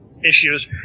issues